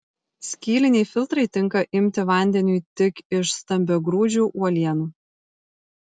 skyliniai filtrai tinka imti vandeniui tik iš stambiagrūdžių uolienų